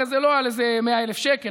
הרי זה לא על איזה 100,000 שקל,